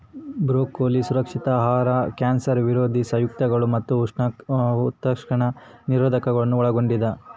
broccoli ಸುರಕ್ಷಿತ ಆಹಾರ cancer ವಿರೋಧಿ ಸಂಯುಕ್ತಗಳು ಮತ್ತು ಉತ್ಕರ್ಷಣ ನಿರೋಧಕಗುಳ್ನ ಒಳಗೊಂಡಿದ